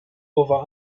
over